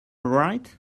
right